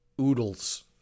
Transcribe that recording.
oodles